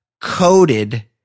coated